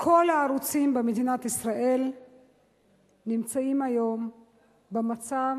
כל הערוצים במדינת ישראל נמצאים היום במצב